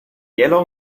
yellow